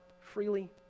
freely